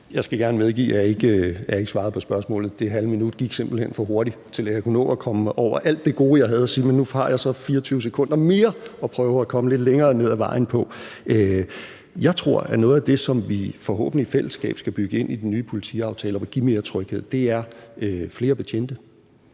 Jeg skal gerne medgive, at jeg ikke svarede på spørgsmålet. Det halve minut gik simpelt hen for hurtigt til, at jeg kunne nå at komme rundt om alt det gode, jeg havde at sige, men nu har jeg så 24 sekunder mere til at prøve at komme lidt længere ned ad vejen. Jeg tror, at noget af det, som vi forhåbentlig i fællesskab skal bygge ind i den nye politiaftale, og som ville give mere tryghed, er flere betjente,